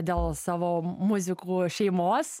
dėl savo muzikų šeimos